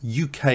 UK